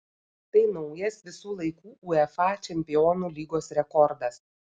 tai naujas visų laikų uefa čempionų lygos rekordas